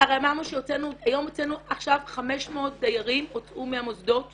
הרי אמרנו שהיום הוצאנו עכשיו 500 דיירים הוצאו מהמוסדות